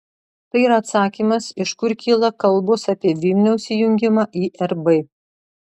tai yra atsakymas iš kur kyla kalbos apie vilniaus įjungimą į rb